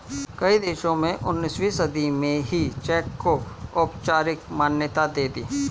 कई देशों ने उन्नीसवीं सदी में ही चेक को औपचारिक मान्यता दे दी